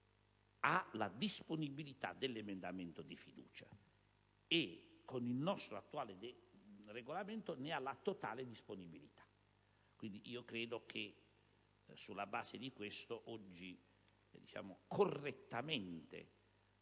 ha la disponibilità dell'emendamento su cui pone la fiducia: con il nostro attuale Regolamento ne ha la totale disponibilità. Quindi, io credo che, sulla base di questo, oggi si sia operato correttamente.